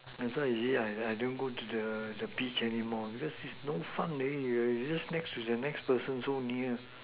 that's why you see I I don't go to the the beach anymore because it's no fun already you are just next to the next person so near